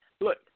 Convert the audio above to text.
Look